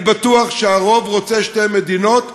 אני בטוח שהרוב רוצה שתי מדינות,